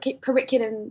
curriculum